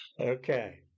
okay